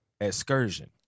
excursion